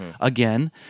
again